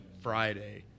Friday